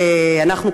אנחנו,